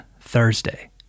Thursday